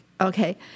Okay